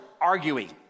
arguing